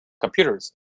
computers